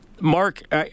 Mark